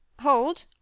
Hold